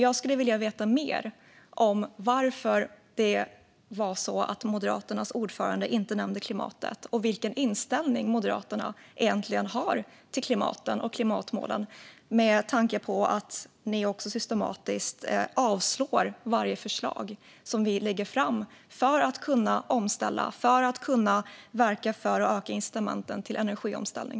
Jag skulle vilja veta mer om varför Moderaternas ordförande inte nämnde klimatet och vilken inställning Moderaterna egentligen har till klimatet och klimatmålen, med tanke på att ni också systematiskt röstar nej till varje förslag som vi lägger fram för att kunna ställa om och öka incitamenten till energiomställning.